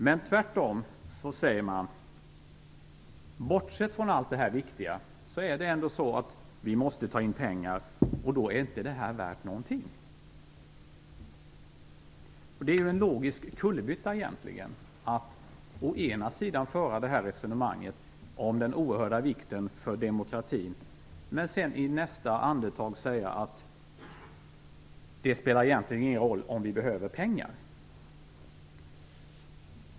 Men tvärtom - man säger att man, bortsett från allt det viktiga, måste ta in pengar. Då är detta inte värt någonting. Det är egentligen en logisk kullerbytta att å ena sidan föra resonemanget om den oerhörda vikten för demokratin och å andra sidan i nästa andetag säga att det inte spelar någon roll när vi behöver pengar.